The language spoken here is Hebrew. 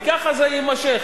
וכך זה יימשך.